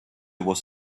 was